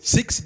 Six